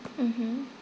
mmhmm